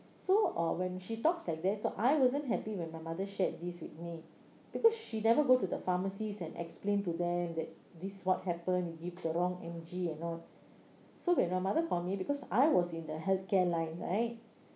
so uh when she talks like soo I wasn't happy when my mother shared this with me because she never go to the pharmacist and explain to them that this is what happen you give the wrong M_G and all so when her mother told me because I was in the healthcare line right